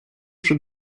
уже